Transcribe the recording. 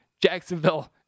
Jacksonville